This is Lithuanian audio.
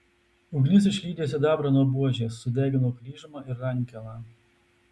ugnis išlydė sidabrą nuo buožės sudegino kryžmą ir rankeną